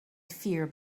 fear